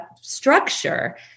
structure